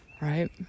Right